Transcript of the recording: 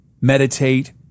meditate